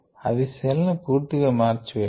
అది సెల్ ని పూర్తి గా మార్చేయడం